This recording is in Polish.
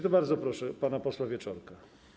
To bardzo proszę pana posła Wieczorka.